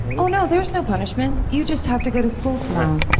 oh, no. there's no punishment. you just have to go to school tomorrow.